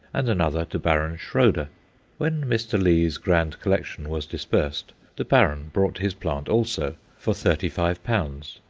and another to baron schroeder when mr. lee's grand collection was dispersed, the baron bought his plant also, for thirty five pounds,